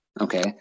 okay